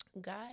God